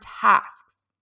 tasks